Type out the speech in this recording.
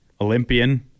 Olympian